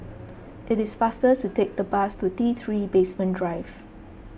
it is faster to take the bus to T three Basement Drive